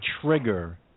trigger